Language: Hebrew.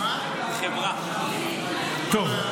טוב.